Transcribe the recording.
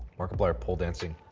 markiplier pole dancing.